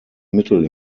mittel